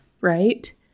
right